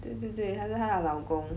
对对对他是她的老公